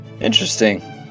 Interesting